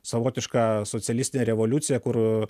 savotiška socialistinė revoliucija kur